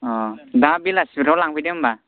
दा बेलासिफ्राव लांफैदो होमबा